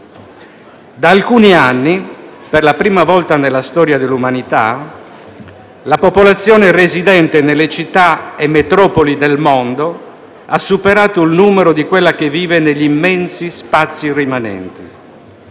Da alcuni anni, per la prima volta nella storia dell'umanità, la popolazione residente nelle città e metropoli del mondo ha superato il numero di quella che vive negli immensi spazi rimanenti.